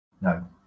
No